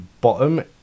bottom